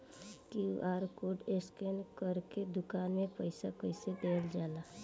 QR code scan करके दुकान में पईसा कइसे देल जाला?